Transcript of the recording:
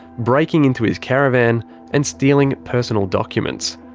breaking into his caravan and stealing personal documents.